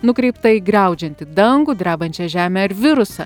nukreiptą į griaudžiantį dangų drebančią žemę ar virusą